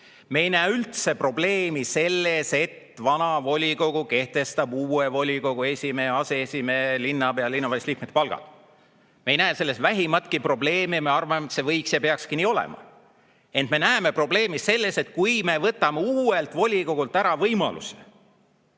Me ei näe probleemi selles, et vana volikogu kehtestab uue volikogu esimehe ja aseesimehe, linnapea, linnavalitsuse liikmete palgad. Me ei näe selles vähimatki probleemi. Me arvame, et see võiks [nii olla] ja peakski nii olema. Ent me näeme probleemi selles, kui me võtame uuelt volikogult ära võimaluse